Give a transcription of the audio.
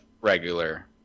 regular